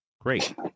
Great